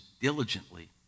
diligently